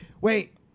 wait